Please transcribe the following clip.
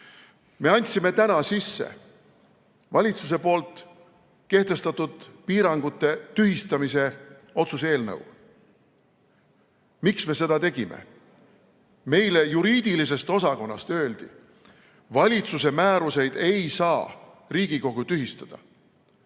andsime täna sisse valitsuse poolt kehtestatud piirangute tühistamise otsuse eelnõu. Miks me seda tegime? Meile juriidilisest osakonnast öeldi: valitsuse määrusi ei saa Riigikogu tühistada.